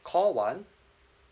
call one